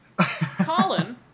Colin